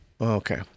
Okay